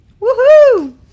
Woohoo